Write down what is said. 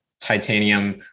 titanium